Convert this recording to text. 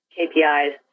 KPIs